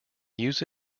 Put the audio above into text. use